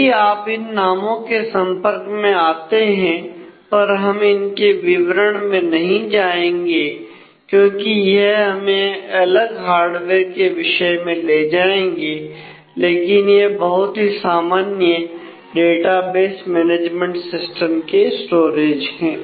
यदि आप इन नामों के संपर्क में आते हैं पर हम इनके विवरण में नहीं जाएंगे क्योंकि यह हमें एक अलग हार्डवेयर के विषय में ले जाएंगे लेकिन यह बहुत ही सामान्य डेटाबेस मैनेजमेंट सिस्टम के स्टोरेज हैं